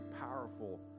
powerful